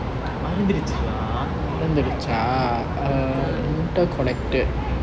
மரந்துருச்சி:maranthuruchi lah inter